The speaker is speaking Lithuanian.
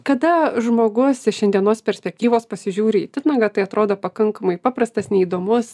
kada žmogus iš šiandienos perspektyvos pasižiūri į titnagą tai atrodo pakankamai paprastas neįdomus